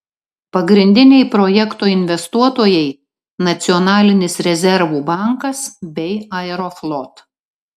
pagrindiniai projekto investuotojai nacionalinis rezervų bankas bei aeroflot